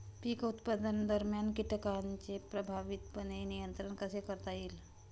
पीक उत्पादनादरम्यान कीटकांचे प्रभावीपणे नियंत्रण कसे करता येईल?